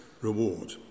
reward